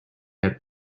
had